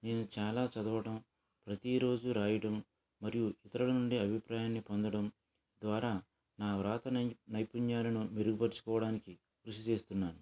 నేను చాలా చదవటం ప్రతి రోజు రాయటం మరియు ఇతరుల నుండి అభిప్రాయం పొందటం ద్వారా నా వ్రాత నైపుణ్యాలను మెరుగుపరుచుకోవడానికి కృషి చేస్తున్నాను